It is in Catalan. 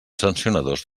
sancionadors